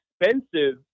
expensive